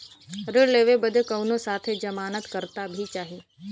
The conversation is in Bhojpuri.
ऋण लेवे बदे कउनो साथे जमानत करता भी चहिए?